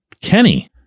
Kenny